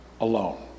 alone